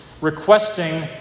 requesting